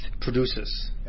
produces